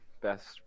best